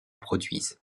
produisent